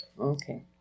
Okay